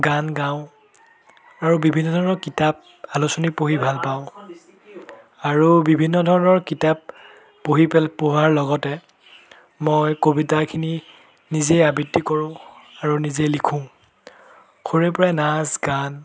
গান গাওঁ আৰু বিভিন্ন ধৰণৰ কিতাপ আলোচনী পঢ়ি ভাল পাওঁ আৰু বিভিন্ন ধৰণৰ কিতাপ পঢ়ি পেল পঢ়াৰ লগতে মই কবিতাখিনি নিজে আবৃত্তি কৰোঁ আৰু নিজে লিখোঁ সৰুৰে পৰাই নাচ গান